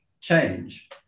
change